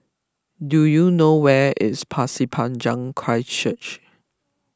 do you know where is Pasir Panjang Christ Church